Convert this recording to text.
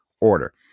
order